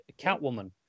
Catwoman